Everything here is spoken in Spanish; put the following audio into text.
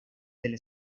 del